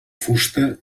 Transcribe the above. fusta